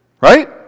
Right